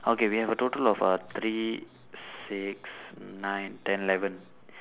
okay we have a total of uh three six nine ten eleven